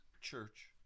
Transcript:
Church